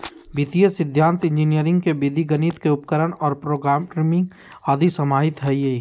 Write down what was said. वित्तीय सिद्धान्त इंजीनियरी के विधि गणित के उपकरण और प्रोग्रामिंग आदि समाहित हइ